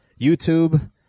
youtube